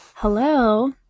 Hello